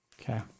Okay